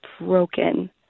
broken